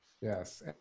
Yes